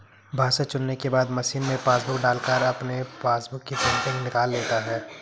भाषा चुनने के बाद मशीन में पासबुक डालकर अपने पासबुक की प्रिंटिंग निकाल लेता है